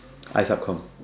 I sub com